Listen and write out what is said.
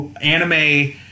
anime